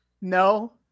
No